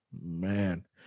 man